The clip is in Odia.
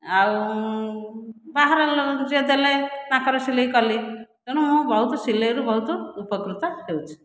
ଆଉ ବାହାର ଯିଏ ଦେଲେ ତାଙ୍କର ସିଲେଇ କଲି ତେଣୁ ମୁଁ ବହୁତ ସିଲେଇରୁ ମୁଁ ବହୁତ ଉପକୃତ ହେଉଛି